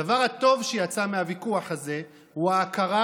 הדבר הטוב שיצא מהוויכוח הזה הוא ההכרה